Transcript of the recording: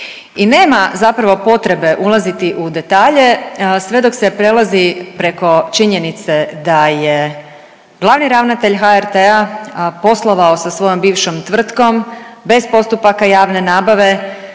I nema zapravo potrebe ulaziti u detalje sve dok se prelazi preko činjenice da je glavni ravnatelj HRT-a poslovao sa svojom bivšom tvrtkom bez postupaka javne nabave,